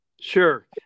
Sure